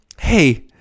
Hey